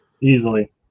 Easily